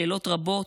שאלות רבות,